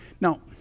Now